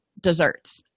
desserts